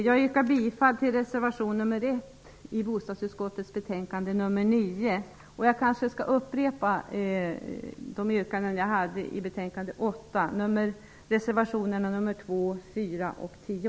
Jag yrkar bifall till reservation nr 1 i bostadsutskottets betänkande nr 9.